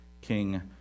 King